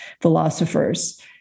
philosophers